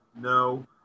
no